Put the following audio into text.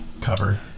cover